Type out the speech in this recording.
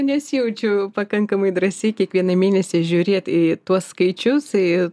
nesijaučiu pakankamai drąsi kiekvieną mėnesį žiūrėt į tuos skaičius į